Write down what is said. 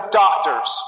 doctors